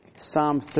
Psalm